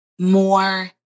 more